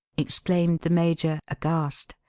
exclaimed the major, aghast.